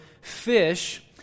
fish